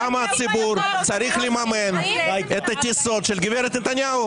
למה הציבור צריך לממן את הטיסות של גב' נתניהו?